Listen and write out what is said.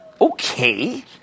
Okay